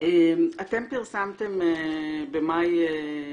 אתם פרסמתם במאי